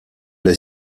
est